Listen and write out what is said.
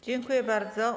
Dziękuję bardzo.